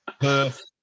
Perth